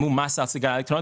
אלקטרוניות.